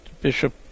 bishop